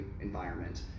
environment